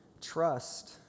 Trust